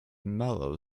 mellow